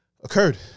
occurred